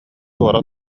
туора